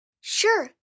Sure